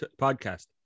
podcast